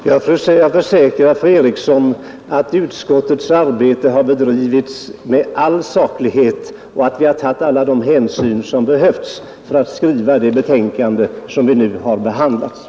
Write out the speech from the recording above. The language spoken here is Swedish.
Herr talman! Jag försäkrar fru Eriksson i Stockholm att utskottets arbete har bedrivits med all saklighet och att vi har tagit alla de hänsyn som behövts för att skriva det betänkande som vi nu behandlar.